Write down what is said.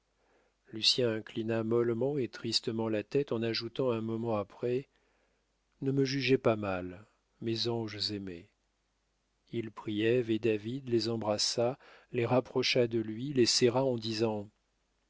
lucien inclina mollement et tristement la tête en ajoutant un moment après ne me jugez pas mal mes anges aimés il prit ève et david les embrassa les rapprocha de lui les serra en disant